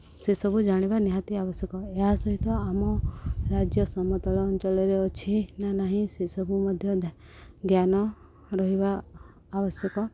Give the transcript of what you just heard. ସେସବୁ ଜାଣିବା ନିହାତି ଆବଶ୍ୟକ ଏହା ସହିତ ଆମ ରାଜ୍ୟ ସମତଳ ଅଞ୍ଚଳରେ ଅଛି ନା ନାହିଁ ସେସବୁ ମଧ୍ୟ ଜ୍ଞାନ ରହିବା ଆବଶ୍ୟକ